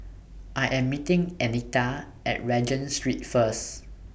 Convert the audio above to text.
I Am meeting Anita At Regent Street First